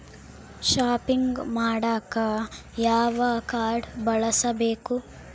Shopping ಮಾಡಾಕ ಯಾವ card ಬಳಸಬೇಕು?